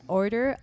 order